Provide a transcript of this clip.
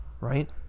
right